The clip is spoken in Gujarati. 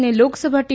અને લોકસભા ટી